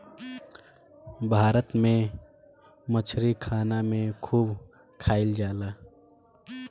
भारत में मछरी खाना में खूब खाएल जाला